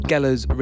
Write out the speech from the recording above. Geller's